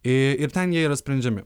ir ten jie yra sprendžiami